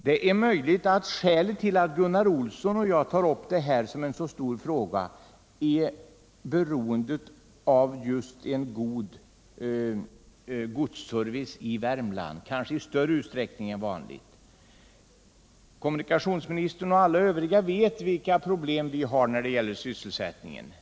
Det är möjligt att skälet till att Gunnar Olsson och jag uppfattar det här som en = Nr 87 stor fråga är att Värmlands beroende av en god godsservice kanske är större än Fredagen den normalt. Kommunikationsministern och alla andra vet vilka problem vi har 3 mars 1978 när det gäller sysselsättningen.